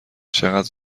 چقدر